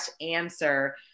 answer